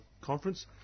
conference